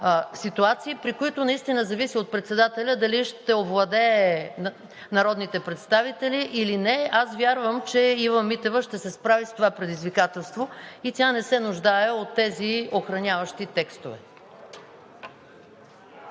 при които наистина зависи от председателя дали ще овладее народните представители или не. Аз вярвам, че Ива Митева ще се справи с това предизвикателство и тя не се нуждае от тези охраняващи текстове.